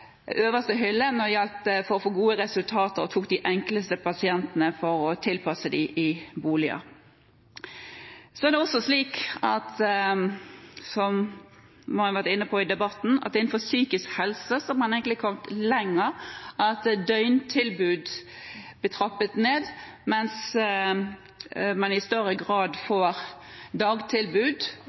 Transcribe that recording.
øverste hylle for å få gode resultater, og hvor de tok de enkleste pasientene for å tilpasse dem i boliger. Innenfor psykisk helse har man egentlig kommet lenger. Døgntilbud blir trappet ned, mens man i større grad får dagtilbud,